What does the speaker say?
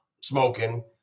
smoking